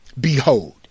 Behold